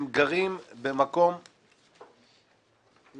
הם גרים במקום --- לא צריך.